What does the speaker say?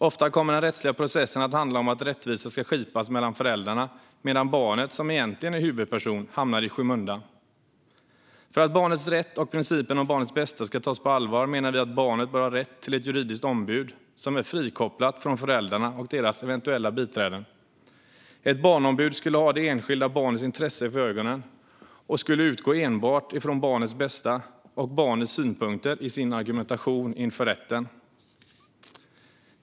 Ofta kommer den rättsliga processen att handla om att rättvisa ska skipas mellan föräldrarna medan barnet, som egentligen är huvudperson, hamnar i skymundan. För att barnets rätt och principen om barnets bästa ska tas på allvar menar vi att barn bör ha rätt till ett juridiskt ombud som är frikopplat från föräldrarna och deras eventuella biträden. Ett barnombud skulle ha det enskilda barnets intresse för ögonen och skulle utgå enbart ifrån barnets bästa och barnets synpunkter i sin argumentation inför rätten.